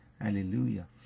Hallelujah